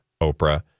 Oprah